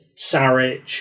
Saric